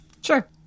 sure